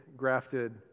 grafted